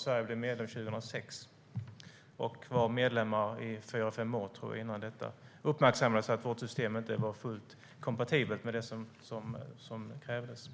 Sverige blev medlem 2006 och var medlem i fyra fem år, tror jag, innan det uppmärksammades att vårt system inte var fullt kompatibelt med det som krävdes.